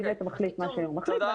הקבינט מחליט מה שהוא מחליט.